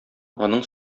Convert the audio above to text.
аның